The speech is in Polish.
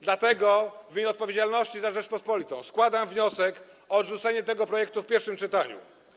Dlatego w imię odpowiedzialności za Rzeczpospolitą składam wniosek o odrzucenie tego projektu w pierwszym czytaniu.